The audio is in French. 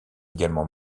également